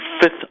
fifth